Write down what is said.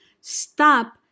Stop